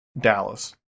Dallas